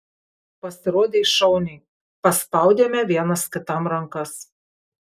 pasirodei šauniai paspaudėme vienas kitam rankas